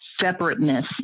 separateness